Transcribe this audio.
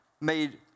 Made